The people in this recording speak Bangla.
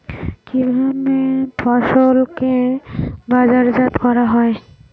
কিভাবে ফসলকে বাজারজাত করা হয়?